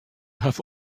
have